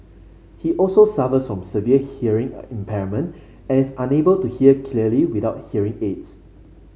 he also suffers from severe hearing impairment and is unable to hear clearly without hearing aids